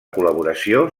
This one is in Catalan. col·laboració